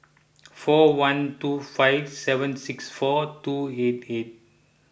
four one two five seven six four two eight eight